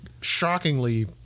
shockingly